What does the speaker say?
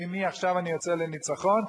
ומעכשיו אני יוצא לניצחון.